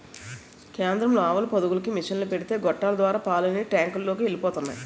కేంద్రంలో ఆవుల పొదుగులకు మిసన్లు పెడితే గొట్టాల ద్వారా పాలన్నీ టాంకులలోకి ఎలిపోతున్నాయి